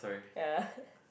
ya